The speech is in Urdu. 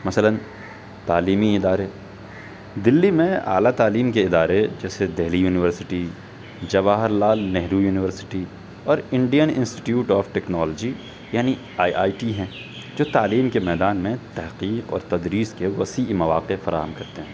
مثلاً تعلیمی ادارے دہلی میں اعلیٰ تعلیم کے ادارے جیسے دہلی یونیورسٹی جواہر لال نہرو یونیورسٹی اور انڈین انسٹیٹیوٹ آف ٹیکنالوجی یعنی آئی آئی ٹی ہیں جو تعلیم کے میدان میں تحقیق اور تدریس کے وسیع مواقع فراہم کرتے ہیں